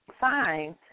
fine